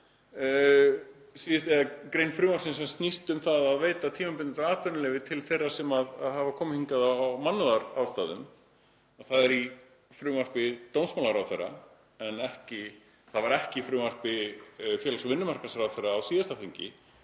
grein frumvarpsins sem snýst um að veita tímabundið atvinnuleyfi til þeirra sem hafa komið hingað af mannúðarástæðum. Það er í frumvarpi dómsmálaráðherra en var ekki í frumvarpi félags- og vinnumarkaðsráðherra á síðasta þingi.